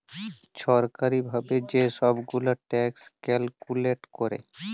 ছরকারি ভাবে যে ছব গুলা ট্যাক্স ক্যালকুলেট ক্যরে